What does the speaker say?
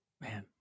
man